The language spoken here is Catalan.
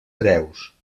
hereus